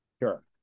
Sure